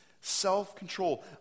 self-control